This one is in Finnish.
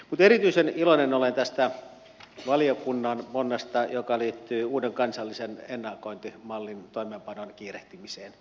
mutta erityisen iloinen olen tästä valiokunnan ponnesta joka liittyy uuden kansallisen ennakointimallin toimeenpanon kiirehtimiseen